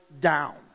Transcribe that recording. down